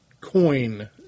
coin